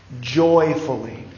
joyfully